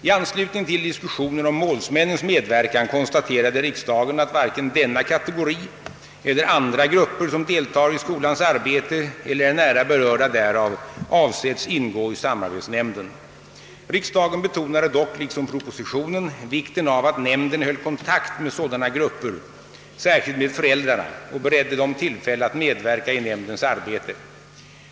I anslutning till diskussionen om målsmännens medverkan konstaterade riksdagen att varken denna kategori eller andra grupper som deltar i skolans arbete eller är nära berörda därav avsetts ingå i samarbetsnämnden. Riksdagen betonade dock, liksom propositionen, vikten av att nämnden höll kontakt med sådana grupper, särskilt med föräldrarna, och beredde dem tillfälle att medverka i nämndens arbete.